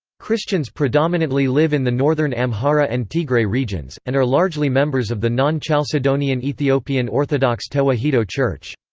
christians predominantly live in the northern amhara and tigray regions, and are largely members of the non-chalcedonian ethiopian orthodox tewahedo church.